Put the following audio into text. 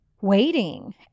waiting